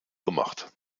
gemacht